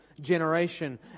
generation